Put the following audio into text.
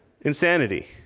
Insanity